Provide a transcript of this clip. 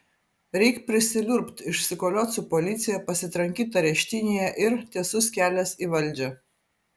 reik prisiliurbt išsikoliot su policija pasitrankyt areštinėje ir tiesus kelias į valdžią